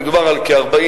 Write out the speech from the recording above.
מדובר על כ-40,000